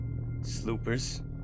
sloopers